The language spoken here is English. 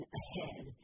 ahead